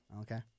Okay